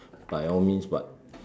by all means but